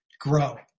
grow